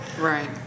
Right